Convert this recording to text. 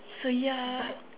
so ya